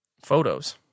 Photos